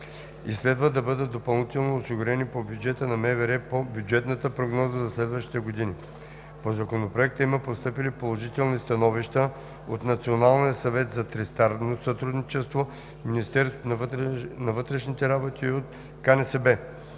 и следва да бъдат допълнително осигурени по бюджета на МВР по бюджетната прогноза за следващите години. По Законопроекта има постъпили положителни становища от Националния съвет за тристранно сътрудничество, Министерство на вътрешните работи и от КНСБ.